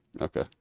Okay